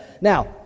Now